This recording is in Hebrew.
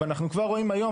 אנחנו כבר רואים היום,